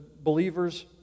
believers